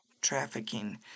trafficking